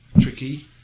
tricky